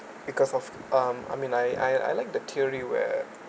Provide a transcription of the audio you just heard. because of um I mean I I I like the theory where